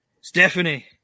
Stephanie